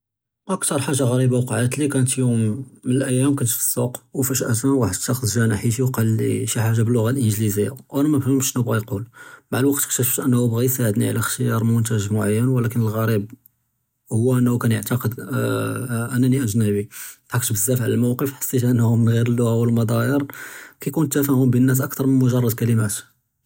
אכתר חאג׳ה ע׳ריבה וקעת לי כאנת יואם מן אלאייאם כּנת פי אלסוק ופג׳אה ואחד שׁח׳ס ג׳א נחיתי וקאל לי שי חאג׳ה בלוג׳ה English ואנא מא מפֿהמתש שנו בקא יקול, מעא אלוקת כתשׁפְת אנה בְע׳י יסאַעדני עלא אכתיאר מונת׳׳ג מָעְיִן ולכּן אלע׳ריב הו אנה כאן יעתקד אנה אני אג׳נבי, ד׳חכת בּזַאפ עלא אלמוקף חְסִית אנהום מן ע׳יר אללוג׳ה ואלמדאייר כּיכּון אלתפאהם בּין אלנאס אכתר מן מוג׳רד כּלמאת.